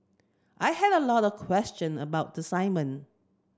I had a lot of question about the assignment